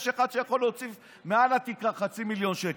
יש אחד שיכול להוציא מעל התקרה חצי מיליון שקל.